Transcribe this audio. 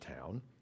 town